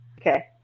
Okay